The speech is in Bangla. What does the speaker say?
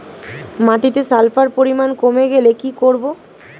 মাটিতে সালফার পরিমাণ কমে গেলে কি করব?